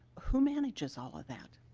who manages all ah that?